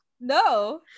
no